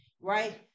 right